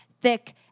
thick